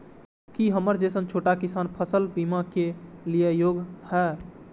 की हमर जैसन छोटा किसान फसल बीमा के लिये योग्य हय?